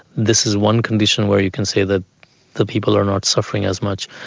this is one condition where you can say that the people are not suffering as much.